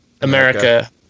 America